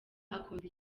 akunda